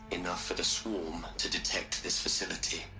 enough for the swarm. to detect this facility.